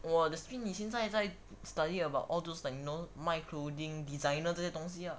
!wah! that means 你现在在 study about all those like you know 卖 clothing designer 这些东西 lah